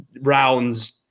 rounds